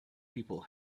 people